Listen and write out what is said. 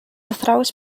athrawes